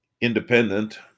independent